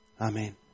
Amen